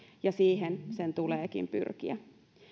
ja siihen sen tuleekin pyrkiä